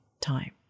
time